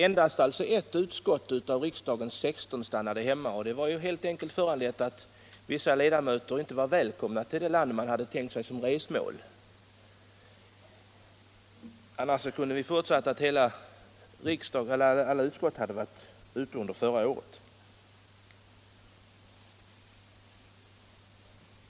Endast ett av riksdagens 16 utskott stannade alltså hemma — och det var helt enkelt föranlett av att vissa ledamöter inte var välkomna till det land som man hade tänkt sig som resmål. Annars kunde vi fått uppleva att alla utskott hade varit utomlands under förra året.